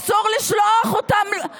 אסור לשלוח אותם להיות מאחור,